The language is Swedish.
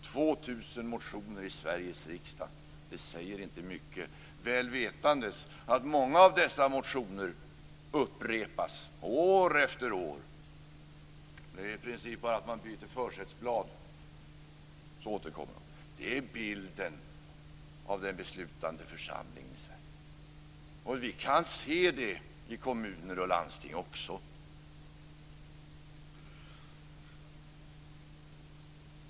2 000 motioner i Sveriges riksdag säger inte mycket; vi vet mycket väl att många av dessa motioner upprepas år efter år, att det i princip bara är efter byte av försättsblad som de återkommer. Det är bilden av den beslutande församlingen i Sverige. Vi kan se det i kommuner och landsting också.